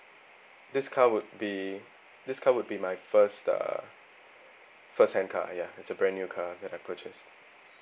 this car would be this car would be my first uh first hand car ya it's a brand new car that I purchased